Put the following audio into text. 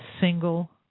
single